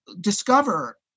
discover